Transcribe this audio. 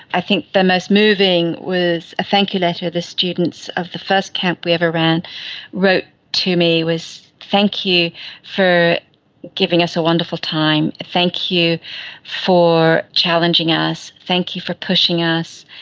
i think the most moving was a thank you letter the students of the first camp we ever ran wrote to me was thank you for giving us a wonderful time, thank you for challenging us, thank you for pushing us,